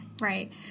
Right